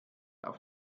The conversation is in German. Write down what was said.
auf